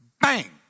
Bang